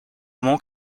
mont